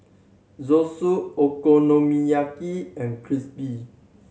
Zosui Okonomiyaki and